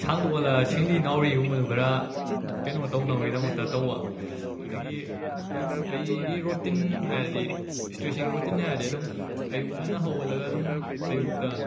ꯁꯥꯡꯗꯣꯛꯍꯜꯂꯒ ꯁꯤꯡꯂꯤ ꯅꯥꯎꯔꯤ ꯒꯨꯝꯕꯗꯨ ꯈꯔ ꯀꯩꯅꯣ ꯇꯧꯅꯕꯒꯤꯗꯃꯛꯇ ꯇꯧꯕ ꯑꯗꯒꯤ ꯑꯗꯨꯝ ꯑꯩꯒꯤ ꯔꯣꯇꯤꯟ ꯍꯥꯏꯔꯗꯤ ꯏꯁꯇ꯭ꯔꯦꯆꯤꯡ ꯔꯣꯇꯤꯟ ꯍꯥꯏꯔꯗꯤ ꯑꯗꯨꯝ ꯑꯌꯨꯛ ꯉꯟꯅ ꯍꯧꯒꯠꯂꯒ ꯑꯗꯨꯝ ꯑꯌꯨꯛꯇ